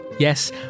Yes